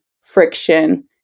friction